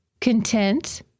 content